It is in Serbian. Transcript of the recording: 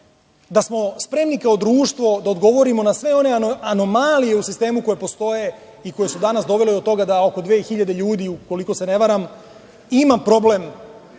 da smo spremni kao društvo da odgovorimo na sve one anomalije u sistemu koje postoje i koje su dovele danas do toga da oko 2000 ljudi, koliko se ne varam, ima problem.